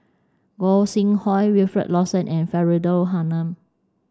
Gog Sing Hooi Wilfed Lawson and Faridah Hanum